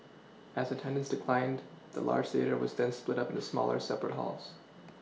as attendance declined the large theatre was then split up into smaller separate halls